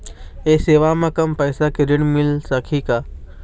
ये सेवा म कम पैसा के ऋण मिल सकही का?